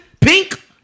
Pink